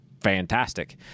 fantastic